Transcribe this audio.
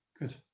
Good